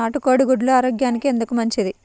నాటు కోడి గుడ్లు ఆరోగ్యానికి ఎందుకు మంచిది?